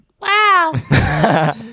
Wow